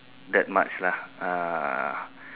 that much lah uh